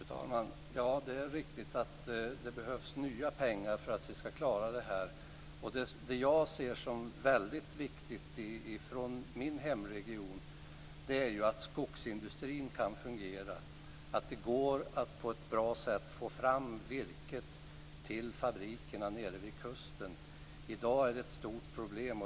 Fru talman! Det är riktigt att det behövs nya pengar för att vi ska klara detta. I min hemregion är det väldigt viktigt att skogsindustrin kan fungera och att det går att få fram virket på ett bra sätt till fabrikerna nere vid kusten. I dag är det ett stort problem.